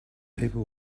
people